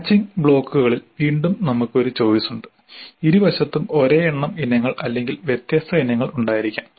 matching ബ്ലോക്കുകളിൽ വീണ്ടും നമുക്ക് ഒരു ചോയ്സ് ഉണ്ട് ഇരുവശത്തും ഒരേ എണ്ണം ഇനങ്ങൾ അല്ലെങ്കിൽ വ്യത്യസ്ത ഇനങ്ങൾ ഉണ്ടായിരിക്കാം